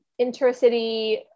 intercity